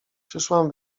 przyszłam